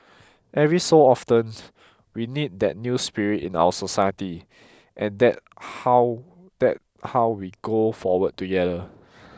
every so often we need that new spirit in our society and that how that how we go forward together